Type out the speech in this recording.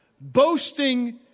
Boasting